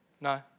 No